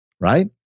Right